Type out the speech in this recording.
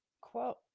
quote